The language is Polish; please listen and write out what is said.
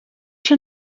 się